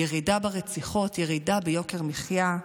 ירידה ברציחות, ירידה ביוקר המחיה.